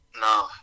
No